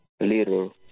little